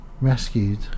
Rescued